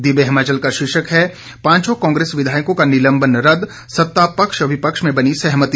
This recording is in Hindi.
दिव्य हिमाचल का शीर्षक है पांचों कांग्रेस विधायकों का निलंबन रद्द सत्तापक्ष विपक्ष में बनी सहमति